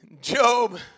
Job